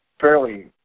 fairly